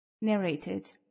Narrated